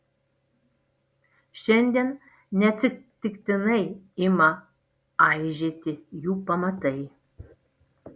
šiandien neatsitiktinai ima aižėti jų pamatai